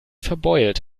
verbeult